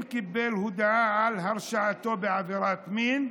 אם קיבל הודעה על הרשעתו בעבירת מין,